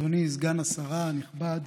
אדוני סגן השרה הנכבד,